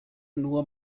nur